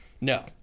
No